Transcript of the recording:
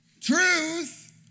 Truth